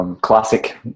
classic